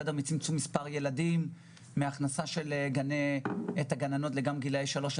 צמצום מספר הילדים והכנסת הגננות גם לגילאי 3,